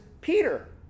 Peter